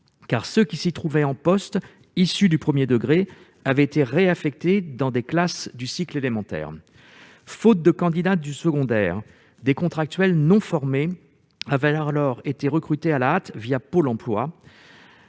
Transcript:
car ceux qui s'y trouvaient en poste, issus du premier degré, avaient été réaffectés dans des classes du cycle élémentaire. Faute de candidats issus du secondaire, des contractuels non formés ont alors été recrutés à la hâte Pôle emploi.